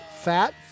Fat